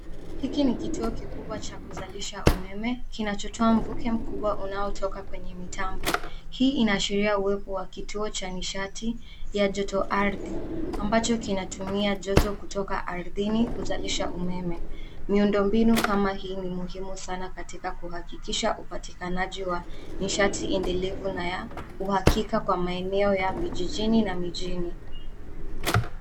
Hiki ni kituo kikubwa cha kuzalisha umeme kinachotoa mvuke mkubwa unaotoka kwenye mitambo. Hii inaashiria uwepo wa kituo cha nishati ya joto ardhi, ambacho kinatumia joto kutoka ardhini kuzalisha umeme. Miundombinu kama hii ni muhimu sana katika kuhakikisha upatikanaji wa nishati endelevu na ya uhakika kwa maeneo ya vijijini na mijini.